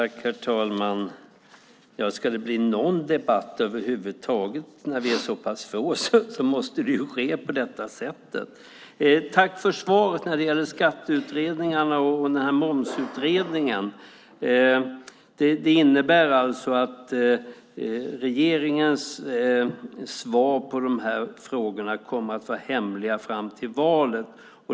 Herr talman! Tack, Göran Montan, för svaret när det gäller skatteutredningarna och momsutredningen! Det innebär alltså att regeringens svar på dessa frågor kommer att vara hemliga fram till valet.